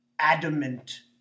adamant